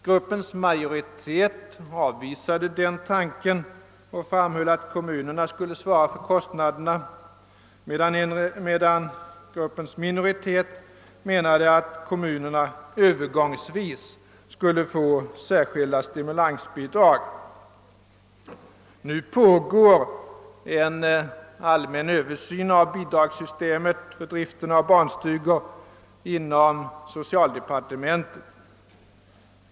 Gruppens majoritet avvisade denna tanke och framhöll att kommunerna skulle svara för kostnaderna, medan en minoritet hävdade att kommunerna övergångsvis borde få särskilda stimulansbidrag. Nu pågår inom socialdepartementet en allmän översyn av bidragssystemet för driften av barnstugor.